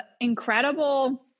incredible